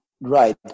Right